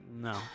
no